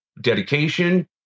dedication